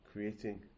creating